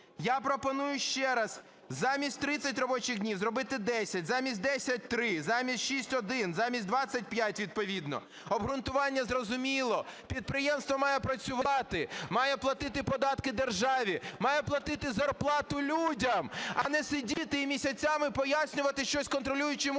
Я пропоную ще раз: замість 30 робочих дні зробити 10, замість – 3, замість 6 – 1, замість 25 – відповідно. Обґрунтування зрозуміло: підприємство має працювати, має платити податки державі, має платити зарплату людям. А не сидіти і місяцями пояснювати щось контролюючим органам,